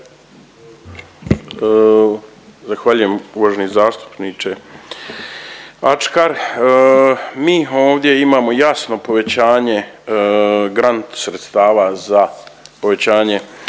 Zahvaljujem uvaženi zastupniče Ačkar. Mi ovdje imamo jasno povećanje grant sredstava za povećanje